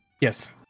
Yes